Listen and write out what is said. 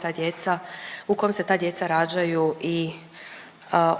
ta djeca, u kom se ta djeca rađaju i